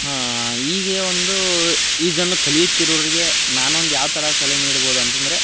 ಹಾಂ ಈಗ ಒಂದು ಈಜನ್ನು ಕಲಿಯುತ್ತಿರೋರಿಗೆ ನಾನೊಂದು ಯಾವ ಥರ ಸಲಹೆ ನೀಡ್ಬೋದು ಅಂತಂದರೆ